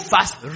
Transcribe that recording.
fast